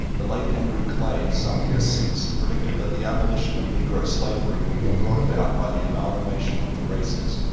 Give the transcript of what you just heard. the late henry clay, some years since, predicted that the abolition of negro slavery would be brought about by the amalgamation of the races.